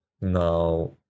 Now